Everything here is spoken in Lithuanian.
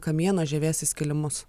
kamieno žievės įskilimus